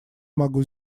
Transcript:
могу